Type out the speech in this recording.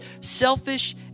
selfish